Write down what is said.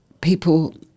people